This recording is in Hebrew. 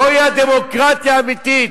זוהי הדמוקרטיה האמיתית,